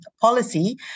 policy